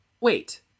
Wait